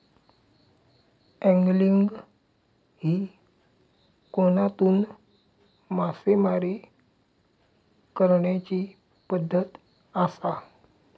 angling ही कोनातून मासेमारी करण्याची पद्धत आसा